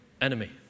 enemy